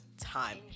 time